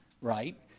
right